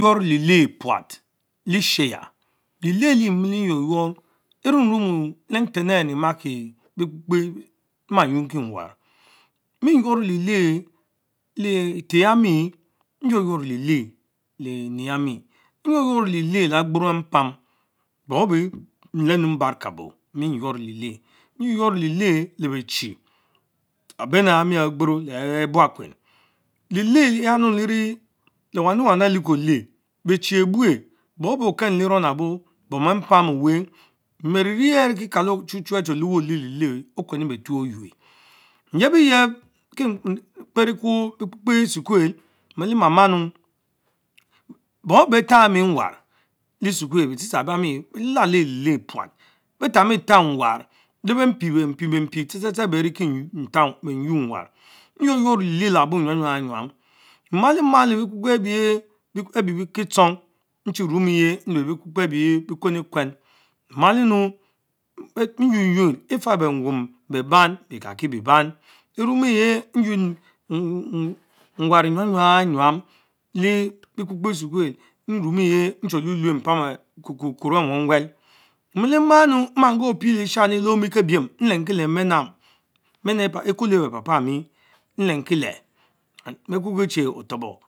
Yuor lee leh puat lieshaya, leeleh alie mileyuor yuor frumrumon le nten arh Driemaks bekpekрeh mma quenki nwarr monie yuor leleh leh eter yami, nyuor yuor lee le lee Ench yami, nyuom yuon etch Lielen lee agboro mpam bom abeh plemu mbarkabo mi yuaynorrh lelekh, nyuo yuor lekhh les beh chie, Abene ayami aré Ogboro leyeh buakweni lelch you levie lewany lewanu elsh lekolekh bechieyebue bom ebeh Okeny lerang labo, bom ehh mpam oweh, mom arivie ehh rieki Kalue Ochichie ache leweh leh leelen, okwenn betuen nyebeyeb Kie mkperr Ekwo Expekper esukuel, mie mier bom ebeh beh tang Emi nwarr lesu kuel betshetcher ebamie bie lela lech lieleh prat beh tang mie tang nwarr leben pie bempie tsertser tsen aben beriekie nyuen Nwarr, nywor nyam, yuor lelehla Labó enyam yom mmalie malo bekakie abie Kichong, nchierumuchh nluch biekpekpe aber bie Kweni kwen, matemu nyuenynen efah benwoma beban bekaki bee bom, Enimatich nquen quen nwar enyam nyam nyam le ekpekepe Esukuel nche luluch трат в кикuky are nowelwel, mmiele maamu mma kukie pie leshani le-ome-Kebiem nienkie le menam, Ekulo beh papa ami nlenkie leh beh Kukiechi otoboh.